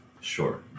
Sure